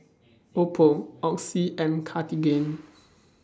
Oppo Oxy and Cartigain